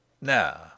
Now